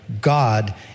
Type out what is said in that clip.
God